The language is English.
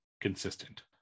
consistent